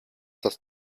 das